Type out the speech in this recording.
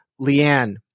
Leanne